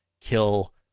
kill